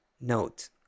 note